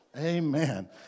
Amen